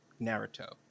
Naruto